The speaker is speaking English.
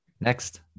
Next